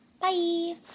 Bye